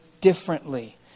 differently